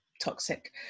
toxic